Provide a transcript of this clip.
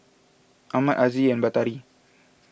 Ahmad Aziz and Batari